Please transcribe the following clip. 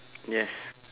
yes